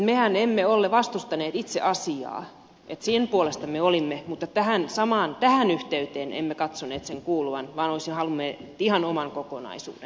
mehän emme vastustaneet itse asiaa sen puolesta me olimme mutta tähän yhteyteen emme katsoneet sen kuuluvan vaan olisimme halunneet ihan oman kokonaisuuden